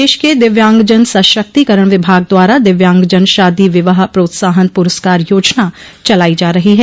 प्रदेश के द दिव्यांगजन सशक्तीकरण विभाग द्वारा दिव्यांगजन शादी विवाह प्रोत्साहन पुरस्कार योजना चलायी जा रही है